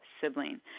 sibling